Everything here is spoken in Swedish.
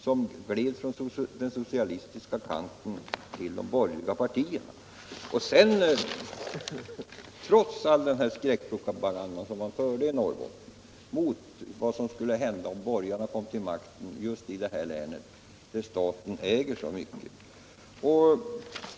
som gled från den socialistiska kanten till de borgerliga partierna — trots all den skräckpropaganda som fördes i Norrbotten om vad som skulle hända om borgarna kom till makten just t detta län där staten äger så mycket.